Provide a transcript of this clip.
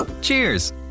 Cheers